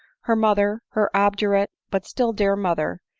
her mother, her obdurate but still dear mother,